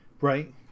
right